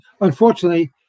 unfortunately